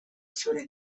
zure